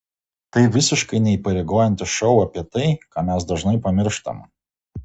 tai visiškai neįpareigojantis šou apie tai ką mes dažnai pamirštam